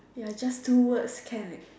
ya just two words can